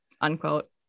unquote